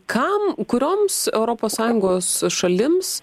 kam kurioms europos sąjungos šalims